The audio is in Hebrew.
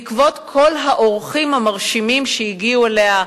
בעקבות כל האורחים המרשימים שהגיעו אליה,